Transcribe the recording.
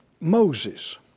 Moses